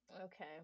Okay